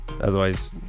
Otherwise